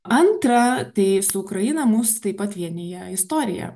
antra tai su ukraina mus taip pat vienija istorija